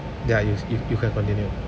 ya you you you can continue